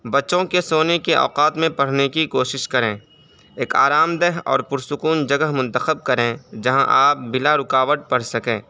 بچوں کے سونے کے اوقات میں پڑھنے کی کوشش کریں ایک آرام دہ اور پرسکون جگہ منتخب کریں جہاں آپ بلا رکاوٹ پڑھ سکیں